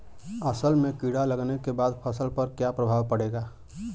असल में कीड़ा लगने के बाद फसल पर क्या प्रभाव पड़ेगा?